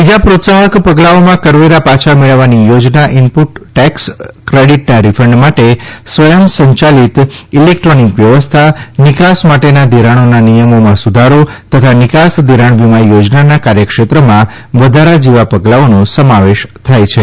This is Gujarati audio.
બીજા પ્રોત્સાહક પગલાઓમાં કરવેરા પાછા મેળવવાની યોજના ઇનપુટ ટેક્સ ક્રેડિટના રિફંડ માટે સ્વયંચાલિત ઇલેક્ટ્રોનીક વ્યવસ્થા નિકાસ માટેના ધિરાણીના નિયમોમાં સુધારો તથા નિકાસ ધિરાણ વીમા યોજનાના કાર્યક્ષેત્રમાં વધારા જેવા પગલાઓનો સમાવેશ થાય છે